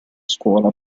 scuola